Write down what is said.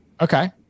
Okay